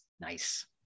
Nice